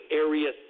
area